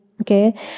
okay